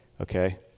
okay